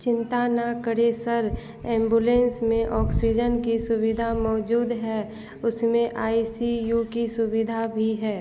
चिन्ता न करें सर एम्बुलेन्स में ऑक्सीजन की सुविधा मौजूद है उसमें आई सी यू की सुविधा भी है